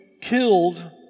killed